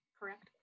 correct